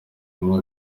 umwe